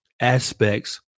aspects